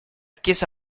chiesa